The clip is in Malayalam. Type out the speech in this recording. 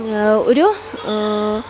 ഒരു